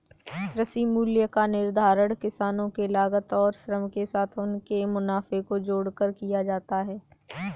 कृषि मूल्य का निर्धारण किसानों के लागत और श्रम के साथ उनके मुनाफे को जोड़कर किया जाता है